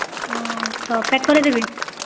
ହଁ ତ ପ୍ୟାକ୍ କରେଇଦେବି